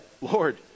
Lord